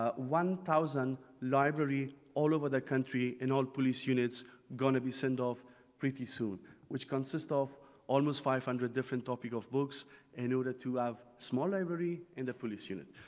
ah one thousand library all over the country and all police units going to be sent off pretty soon which consist of almost five hundred different topic of books in order to have small library and a police unit.